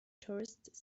tourists